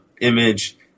image